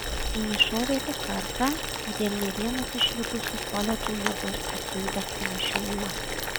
į jį šovė tik kartą todėl nė vienas iš likusių koledžų nebus atsiuntęs panašių nuo